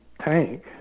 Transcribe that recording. tank